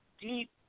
deep